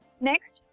Next